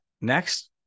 Next